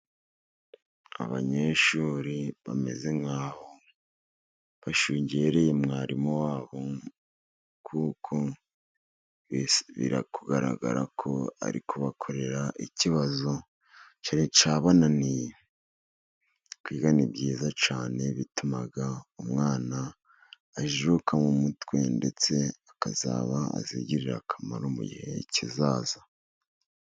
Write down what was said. Abanyeshuri bameze nkaho bashungereye mwarimu wabo, kuko biri kugaragara ko ari kubakorera ikibazo cyari cyabananiye, kwiga ni byiza cyane bituma umwana ajijuka mu mutwe ndetse akazaba azigirira akamaro mu gihe kizaza.